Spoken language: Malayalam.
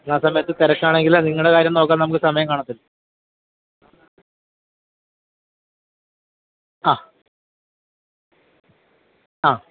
ആ സമയത്ത് തിരക്കാണെങ്കിൽ നിങ്ങളുടെ കാര്യം നോക്കാൻ നമുക്ക് സമയം കാണത്തില്ല അ അ